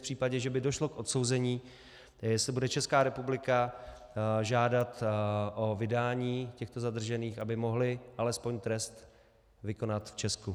V případě, že by došlo k odsouzení, jestli bude Česká republika žádat o vydání těchto zadržených, aby mohli alespoň trest vykonat v Česku.